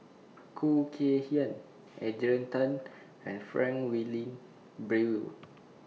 Khoo Kay Hian Adrian Tan and Frank Wilmin Brewer